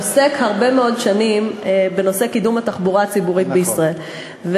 עוסק הרבה מאוד שנים בנושא קידום התחבורה הציבורית בישראל,